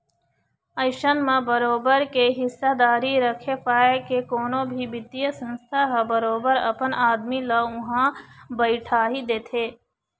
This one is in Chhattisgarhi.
अइसन म बरोबर के हिस्सादारी रखे पाय के कोनो भी बित्तीय संस्था ह बरोबर अपन आदमी ल उहाँ बइठाही देथे